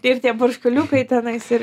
ir tie barškaliukai tenais ir